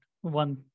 one